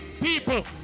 People